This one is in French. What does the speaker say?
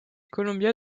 columbia